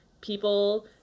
people